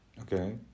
okay